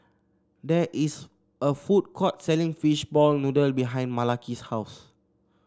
there is a food court selling Fishball Noodle behind Malaki's house